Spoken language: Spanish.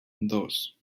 dos